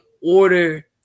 order